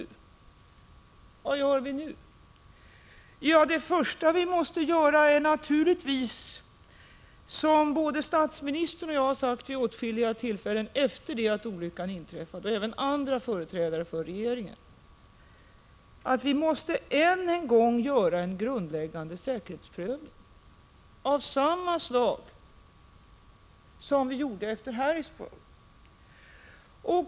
Vad gör vi nu? Det första vi måste göra är naturligtvis, som både statsministern och jag — och även andra företrädare för regeringen — har sagt vid åtskilliga tillfällen efter det att olyckan inträffade, att än en gång göra en grundlig säkerhetsprövning av samma slag som vi gjorde efter Harrisburg.